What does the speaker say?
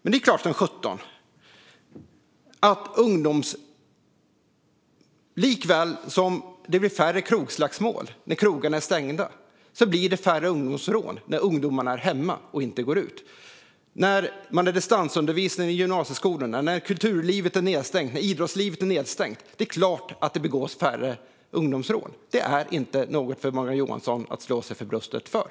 Det är klart som sjutton att det blir så! Likaväl som krogslagsmålen blir färre när krogarna är stängda blir det färre ungdomsrån när ungdomarna är hemma och inte går ut. När man har distansundervisning i gymnasieskolorna, när kulturlivet är nedstängt och när idrottslivet är nedstängt är det klart att det begås färre ungdomsrån. Det är inte något för Morgan Johansson att slå sig för bröstet för.